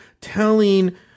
telling